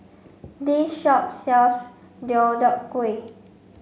this shop sells Deodeok Gui